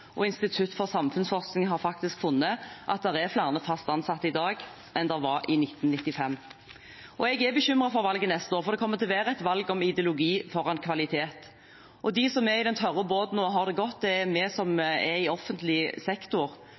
og Institutt for samfunnsforskning har faktisk funnet at det er flere fast ansatte i dag enn det var i 1995. Jeg er bekymret for valget neste år, for det kommer til å være et valg om ideologi foran kvalitet. De som er i den tørre båten og har det godt, er vi som er i offentlig sektor,